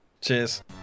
cheers